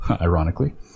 ironically